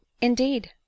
indeed